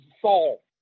Saul